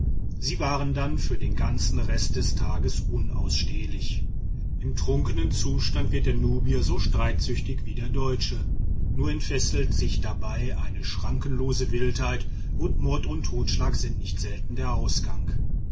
sie waren dann für den ganzen rest des tages unausstehlich im trunkenen zustand wird der nubier so streitsüchtig wie der deutsche nur entfesselt sich dabei seine schrankenlose wildheit und mord und totschlag sind nicht selten der ausgang